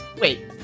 Wait